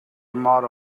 motto